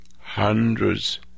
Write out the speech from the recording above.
Hundreds